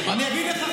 אני אגיד לך,